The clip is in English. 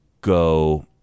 go –